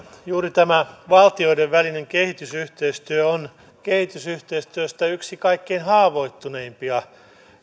juuri tämä valtioiden välinen kehitysyhteistyö on kehitysyhteistyöstä yksi kaikkein haavoittuvimpia